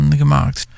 gemaakt